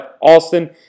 Austin